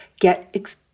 get